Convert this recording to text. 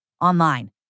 online